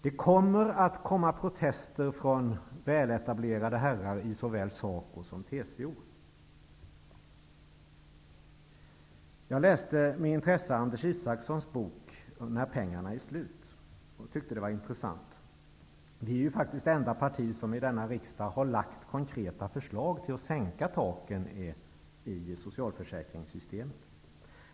Det kommer att höras protester från väletablerade herrar i såväl SACO som TCO. Jag läste med intresse Anders Isakssons bok ''När pengarna är slut'' och tyckte den var intressant. Vänsterpartiet är ju faktiskt det enda parti som i denna riksdag har lagt konkreta förslag på sänkta tak i socialförsäkringssystemen.